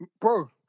Bro